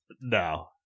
No